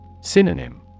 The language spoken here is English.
Synonym